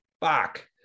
fuck